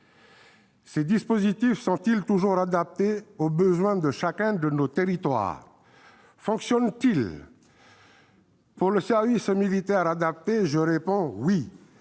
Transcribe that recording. Ces dispositifs sont-ils toujours adaptés aux besoins de chacun de nos territoires ? Fonctionnent-ils ? Pour le service militaire adapté, je réponds « oui